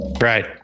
right